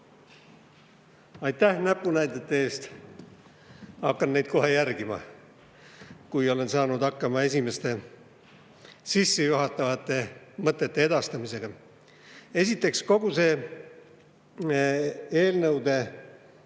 Aitäh näpunäidete eest! Hakkan neid kohe järgima, kui olen saanud hakkama esimeste sissejuhatavate mõtete edastamisega. Kõikide nende eelnõude